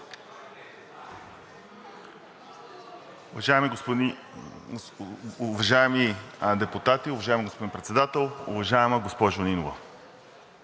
Уважаеми депутати, уважаеми господин Председател! Уважаема госпожо Нинова,